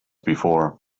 before